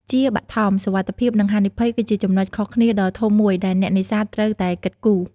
ជាបឋម សុវត្ថិភាព និងហានិភ័យ គឺជាចំណុចខុសគ្នាដ៏ធំមួយដែលអ្នកនេសាទត្រូវតែគិតគូរ។